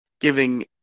Giving